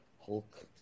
Hulk